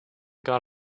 got